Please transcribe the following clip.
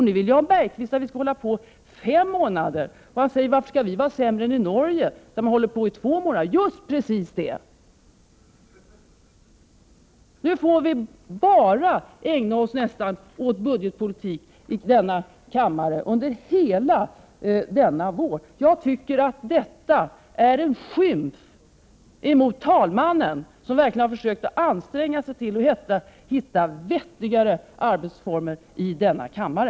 Nu vill Jan Bergqvist att vi skall hålla på med budgetarbetet i fem månader. Han frågar varför Sverige skall vara sämre än Norge, där man håller på i två månader. Just precis det. Nu får vi ägna oss nästan enbart åt budgetpolitik i denna kammare under hela denna vår. Jag tycker att detta är en skymf mot talmannen som verkligen har försökt | anstränga sig för att hitta vettigare arbetsformer för denna kammare.